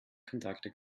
kontakte